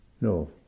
No